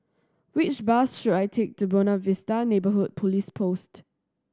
which bus should I take to Buona Vista Neighbourhood Police Post